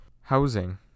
Housing